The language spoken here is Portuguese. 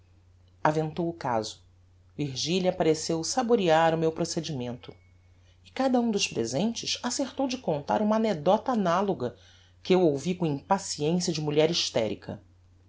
aventou o caso virgilia pareceu saborear o meu procedimento e cada um dos presentes acertou de contar uma anecdota analoga que eu ouvi com impaciencias de mulher hysterica